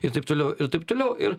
ir taip toliau ir taip toliau ir